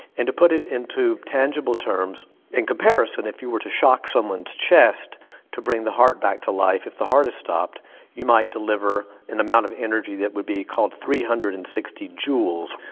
and to put it into tangible terms in comparison if you were to shock someone's chest to bring the heart back to life if the heart has stopped you might deliver an amount of energy that would be called three hundred and sixty joules.